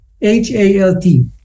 H-A-L-T